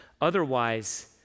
Otherwise